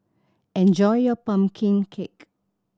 enjoy your pumpkin cake